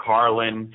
Carlin